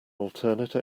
alternate